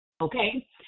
okay